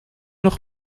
nog